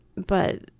but,